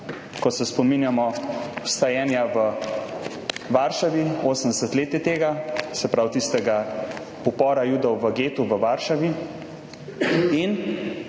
ko se spominjamo vstajenja v Varšavi, 80 let je tega, se pravi tistega upora Judov v getu v Varšavi, in